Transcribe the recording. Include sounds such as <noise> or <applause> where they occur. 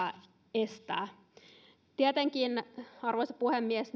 estää tietenkin arvoisa puhemies <unintelligible>